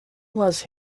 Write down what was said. was